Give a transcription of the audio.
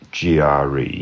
GRE